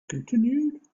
continued